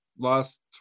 Last